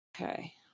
Okay